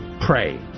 Pray